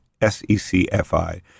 S-E-C-F-I